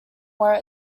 where